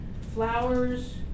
flowers